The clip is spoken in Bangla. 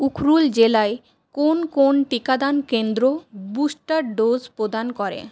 উখরুল জেলায় কোন কোন টিকাদান কেন্দ্র বুস্টার ডোজ প্রদান করে